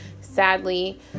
sadly